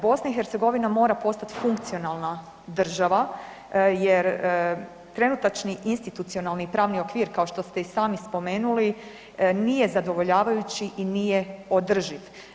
BiH mora postati funkcionalna država jer trenutačni institucionalni3 pravni okvir kao što ste i sami spomenuli nije zadovoljavajući i nije održiv.